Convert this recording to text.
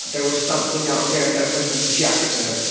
there was something out there that was objective,